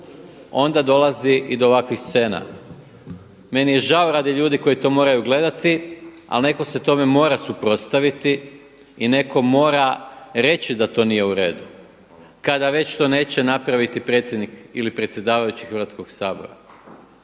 onda dolazi i do ovakvih scena. Meni je žao radi ljudi koji to moraju gledati, ali netko se tome mora suprotstaviti i neko mora reći da to nije uredu, kada već to neće napraviti predsjednik ili predsjedavajući Hrvatskog sabora.